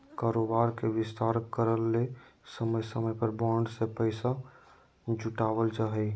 कारोबार के विस्तार करय ले समय समय पर बॉन्ड से पैसा जुटावल जा हइ